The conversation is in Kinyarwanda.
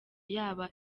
yaba